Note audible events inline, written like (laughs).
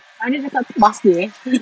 aniq cakap bastard eh (laughs)